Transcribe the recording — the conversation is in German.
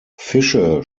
fische